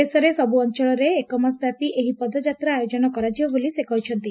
ଦେଶର ସବୁ ଅଞ୍ଚଳରେ ଏକମାସ ବ୍ୟାପୀ ଏହି ପଦଯାତ୍ରା ଆୟୋଜନ କରାଯିବ ବୋଲି ସେ କହିଛନ୍ତି